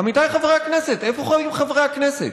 עמיתיי חברי הכנסת, איפה חיים חברי הכנסת?